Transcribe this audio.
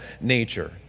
nature